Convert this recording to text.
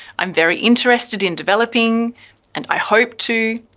i'm very interested in developing and i hope to.